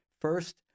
First